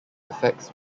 affects